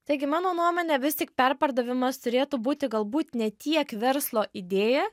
taigi mano nuomone vis tik perpardavimas turėtų būti galbūt ne tiek verslo idėja